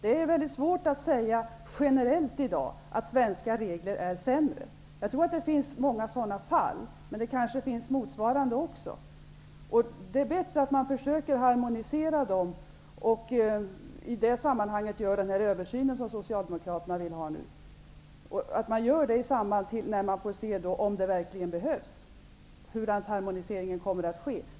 Det är svårt att säga generellt i dag att svenska regler är sämre. Jag tror att det finns många sådana motsvarande fall. Det är bättre att försöka harmonisera reglerna och att i det sammanhanget göra den översyn som Socialdemokraterna vill ha. Då kan man se hur harmoniseringen skall gå till.